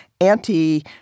anti